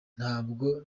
ntabwo